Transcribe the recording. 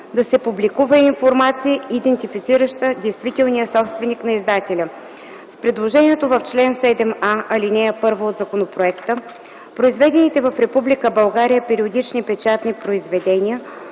да се публикува и информация, идентифицираща действителния собственик на издателя. С предложението в чл. 7а, ал. 1 от законопроекта „произведените в Република България периодични печатни произведения